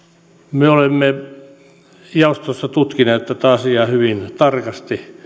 me olemme jaostossa tutkineet tätä asiaa hyvin tarkasti